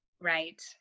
Right